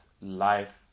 life